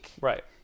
Right